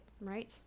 right